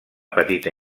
petita